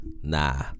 Nah